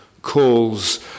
Calls